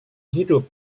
hidup